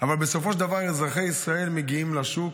אבל בסופו של דבר אזרחי ישראל מגיעים לשוק,